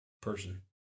person